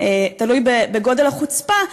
תלוי בגודל החוצפה,